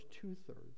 two-thirds